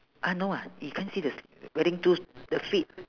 uh no ah you can't see the sli~ wearing two the flip